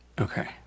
Okay